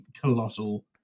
colossal